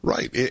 Right